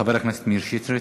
חבר הכנסת מאיר שטרית.